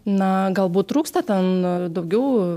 na galbūt trūksta ten daugiau